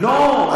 לא,